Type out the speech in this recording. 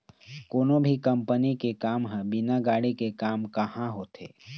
कोनो भी कंपनी के काम ह बिना गाड़ी के काम काँहा होथे